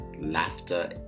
laughter